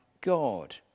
God